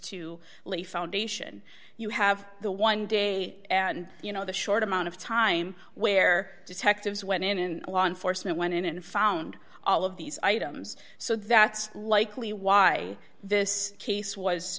the foundation you have the one day and you know the short amount of time where detectives went in and law enforcement went in and found all of these items so that's likely why this case was